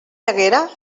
haguera